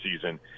season